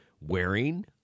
wearing